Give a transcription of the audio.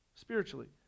spiritually